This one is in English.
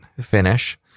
finish